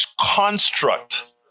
construct